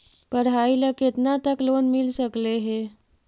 पढाई ल केतना तक लोन मिल सकले हे?